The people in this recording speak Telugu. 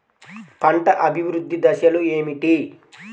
పంట అభివృద్ధి దశలు ఏమిటి?